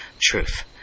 truth